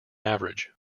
average